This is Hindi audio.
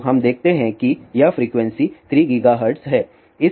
तो हम देखते हैं कि यह फ्रीक्वेंसी 3 GHz है